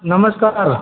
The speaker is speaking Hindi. नमस्कार